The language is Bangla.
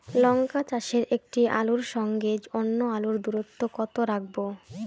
লঙ্কা চাষে একটি আলুর সঙ্গে অন্য আলুর দূরত্ব কত রাখবো?